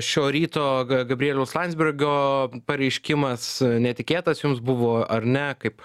šio ryto ga gabrieliaus landsbergio pareiškimas netikėtas jums buvo ar ne kaip